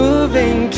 Moving